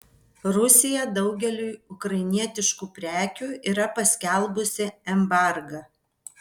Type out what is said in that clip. rusija daugeliui ukrainietiškų prekių yra paskelbusi embargą